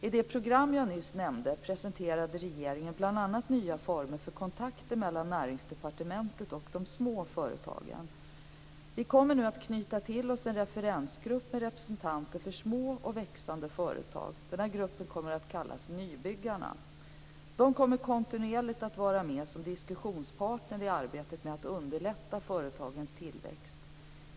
I det program jag nyss nämnde presenterade regeringen bl.a. nya former för kontakter mellan Näringsdepartementet och de små företagen. Vi kommer att knyta till oss en referensgrupp med representanter för små och växande företag. Den gruppen kommer att kallas för Nybyggarna. De kommer kontinuerligt att vara med som diskussionsparter i arbetet med att underlätta företagens tillväxt.